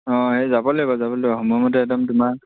অঁ এই যাব লাগিব যাব লাগিব সময়মতে একদম তোমাৰ